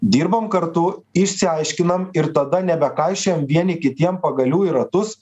dirbam kartu išsiaiškinam ir tada nebekaišiojam vieni kitiem pagalių į ratus